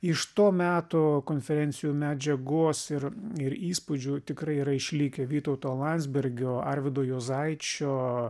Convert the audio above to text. iš to meto konferencijų medžiagos ir ir įspūdžių tikrai yra išlikę vytauto landsbergio arvydo juozaičio